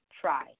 try